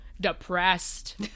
depressed